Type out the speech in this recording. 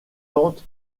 tente